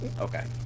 okay